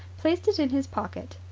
placed it in his pocket.